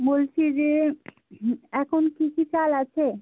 বলছি যে এখন কী কী চাল আছে